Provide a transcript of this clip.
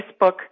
Facebook